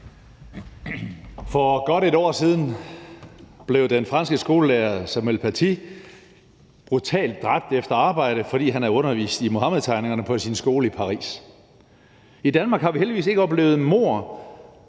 For godt et år siden blev den franske skolelærer Samuel Paty brutalt dræbt efter arbejde, fordi han havde undervist i Muhammedtegningerne på sin skole i Paris. I Danmark har vi heldigvis ikke oplevet mord,